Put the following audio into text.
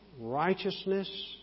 righteousness